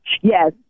Yes